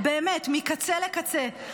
באמת, מקצה לקצה.